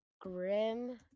grim